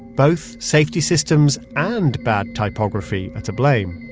both safety systems and bad typography, are to blame.